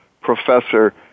Professor